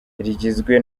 rigizwe